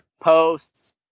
posts